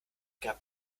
gab